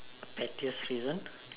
pettiest reason